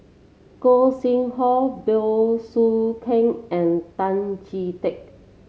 Gog Sing Hooi Bey Soo Khiang and Tan Chee Teck